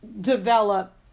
develop